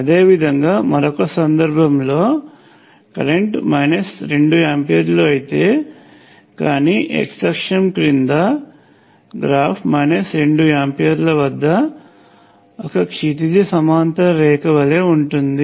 అదేవిధంగా మరొక సందర్భంలో కరెంట్ 2 ఆంపియర్లు అయితే కానీ x అక్షం క్రింద గ్రాఫ్ 2 ఆంపియర్లు వద్ద ఒక క్షితిజ సమాంతర రేఖవలె ఉంటుంది